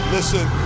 Listen